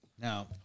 Now